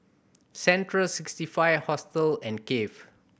Central Sixty Five Hostel and Cafe